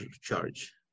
charge